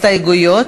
גם הסתייגות